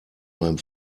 beim